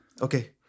okay